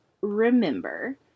remember